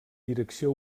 direcció